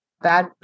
bad